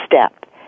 step